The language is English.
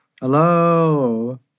Hello